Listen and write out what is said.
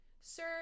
sir